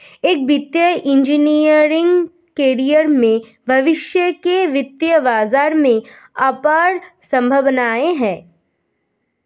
एक वित्तीय engineering career में भविष्य के वित्तीय बाजार में अपार संभावनाएं हैं